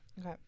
Okay